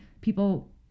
people